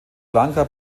lanka